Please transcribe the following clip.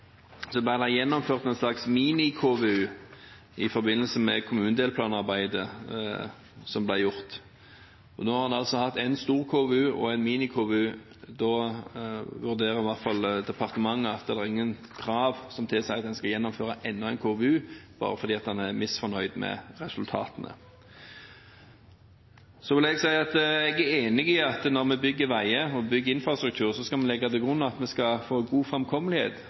gjennomført en slags mini-KVU i forbindelse med kommunedelplanarbeidet som ble gjort. Nå har en altså hatt en stor KVU og en mini-KVU, og da vurderer i hvert fall departementet det slik at det er ingen krav som tilsier at en må gjennomføre enda en KVU, bare fordi en er misfornøyd med resultatene. Jeg er enig i at når man bygger veier og infrastruktur, skal man legge til grunn at man skal få god framkommelighet,